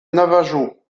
navajo